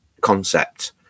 concept